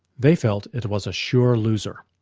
they felt it was a sure loser.